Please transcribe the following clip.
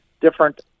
Different